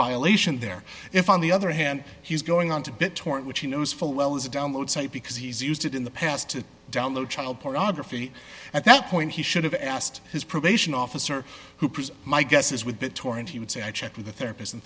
violation there if on the other hand he's going on to bit torrent which he knows full well is a download site because he's used it in the past to download child pornography at that point he should have asked his probation officer hoopers my guess is with bittorrent he would say i checked with a therapist and